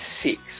six